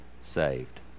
saved